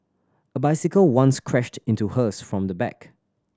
a bicycle once crashed into hers from the back